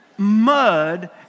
mud